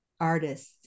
artists